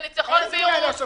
רוויזיה.